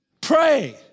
Pray